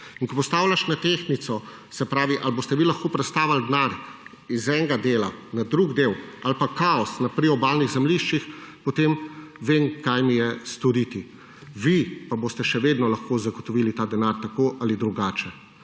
Ko postavljaš na tehtnico, ko se odločaš, ali boste vi lahko prestavili denar z enega dela na drugi del ali pa kaos na priobalnih zemljiščih, potem vem, kaj mi je storiti. Vi pa boste še vedno lahko zagotovili ta denar tako ali drugače,